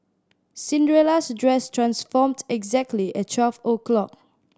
Cinderella's dress transformed exactly at twelve o' clock